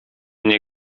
nie